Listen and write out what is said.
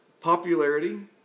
popularity